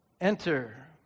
enter